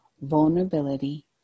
Vulnerability